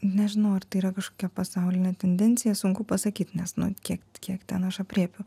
nežinau ar tai yra kažkokia pasaulinė tendencija sunku pasakyt nes nu kiek kiek ten aš aprėpiu